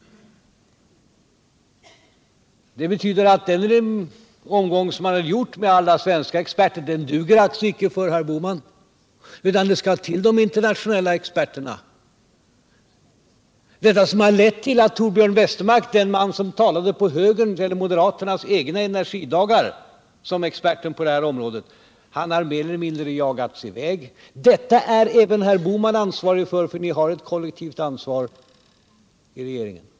Det betyder att den omgång som har gjorts med alla svenska experter icke duger för herr Bohman, utan det skall till internationella experter. Detta som har lett till att Torbjörn Westermark — den man som talade på moderaternas egna energidagar som experten på det här området — har mer eller mindre jagats i väg, det är även herr Bohman ansvarig för — ni har ett kollektivt ansvar i regeringen.